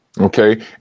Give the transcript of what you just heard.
Okay